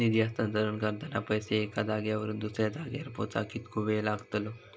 निधी हस्तांतरण करताना पैसे एक्या जाग्यावरून दुसऱ्या जाग्यार पोचाक कितको वेळ लागतलो?